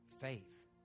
Faith